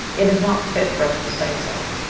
it is not fit for us to say so,